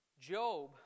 job